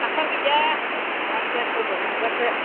हासार गैया माबासो गोबोर हासारसो